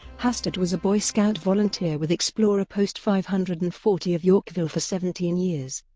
hastert was a boy scout volunteer with explorer post five hundred and forty of yorkville for seventeen years,